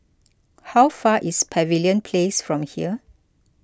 how far away is Pavilion Place from here